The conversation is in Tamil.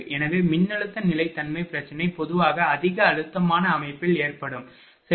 எனவே மின்னழுத்த நிலைத்தன்மை பிரச்சனை பொதுவாக அதிக அழுத்தமான அமைப்பில் ஏற்படும் சரி